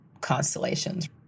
constellations